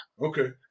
Okay